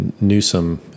Newsom